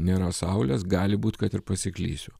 nėra saulės gali būt kad ir pasiklysiu